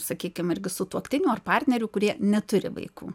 sakykim irgi sutuoktinių ar partnerių kurie neturi vaikų